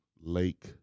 Lake